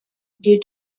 due